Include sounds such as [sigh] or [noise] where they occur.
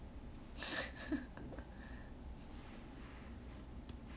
[laughs]